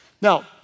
Now